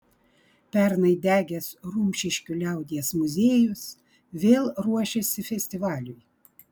pernai degęs rumšiškių liaudies muziejus vėl ruošiasi festivaliui